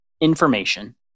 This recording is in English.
information